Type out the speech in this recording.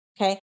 okay